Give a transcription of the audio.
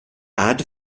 add